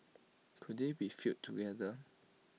could they be fielded together